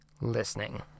listening